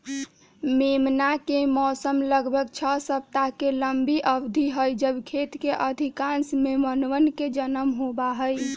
मेमना के मौसम लगभग छह सप्ताह के लंबी अवधि हई जब खेत के अधिकांश मेमनवन के जन्म होबा हई